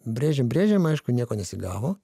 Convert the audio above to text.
brėžėm brėžėm aišku nieko nesigavo